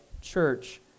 church